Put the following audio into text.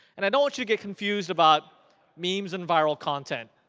and, i don't want you to get confused about memes and viral content.